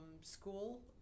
school